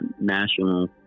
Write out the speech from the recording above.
national